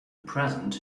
present